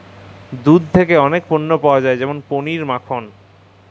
দুহুদ থ্যাকে অলেক পল্য পাউয়া যায় যেমল পলির, মাখল